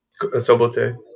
Sobote